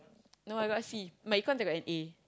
no I got C my econs I got an A